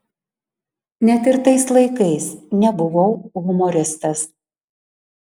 net ir tais laikais nebuvau humoristas